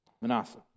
Manasseh